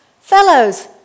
fellows